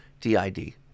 D-I-D